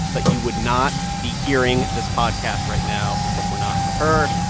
but you would not be hearing this podcast right now if it were not for her.